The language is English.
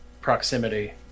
proximity